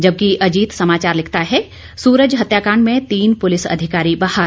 जबकि अजीत समाचार लिखता है सूरज हत्याकांड में तीन पुलिस अधिकारी बहाल